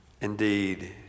Indeed